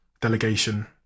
delegation